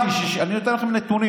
אני נותן לכם נתונים.